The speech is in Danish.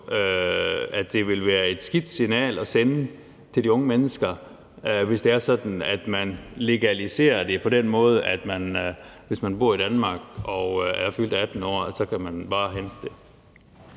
at det vil være et skidt signal at sende til de unge mennesker, hvis det er sådan, at man legaliserer det på den måde, at man, hvis man bor i Danmark og er fyldt 18 år, bare kan hente det.